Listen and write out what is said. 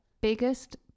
Biggest